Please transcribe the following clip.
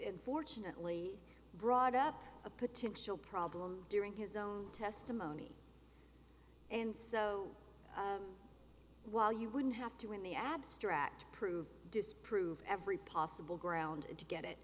and fortunately brought up a potential problem during his own testimony and so while you wouldn't have to in the abstract prove disprove every possible ground to get it